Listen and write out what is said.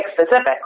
specific